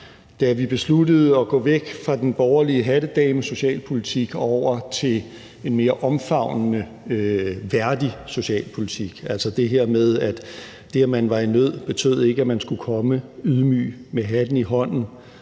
da vi besluttede at gå væk fra den borgerlige hattedamesocialpolitik og over til en mere omfavnende, værdig socialpolitik, altså det her med, at det, at man var i nød, ikke betød, at man skulle komme ydmyg med hatten i hånden,